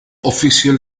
official